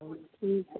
हाँ ठीक है